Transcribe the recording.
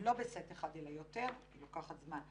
לא בסט אחד אלא יותר, היא לוקחת זמן.